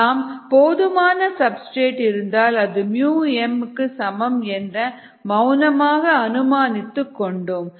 நாம் போதுமான சப்ஸ்டிரேட் இருந்தால் அது m க்கு சமம் என மௌனமாக அனுமானித்துக் கொண்டோம்